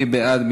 מי בעד?